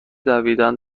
دویدن